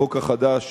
החוק החדש